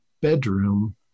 bedroom